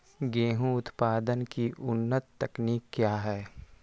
गेंहू उत्पादन की उन्नत तकनीक क्या है?